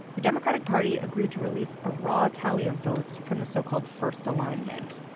the democratic party agreed to release a raw tally of votes from the so-called first alignment,